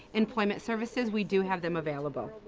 employment services, we do have them available.